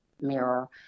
mirror